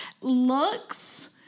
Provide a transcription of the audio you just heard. looks